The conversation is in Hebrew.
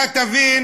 אתה תבין